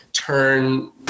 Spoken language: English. turn